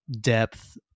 depth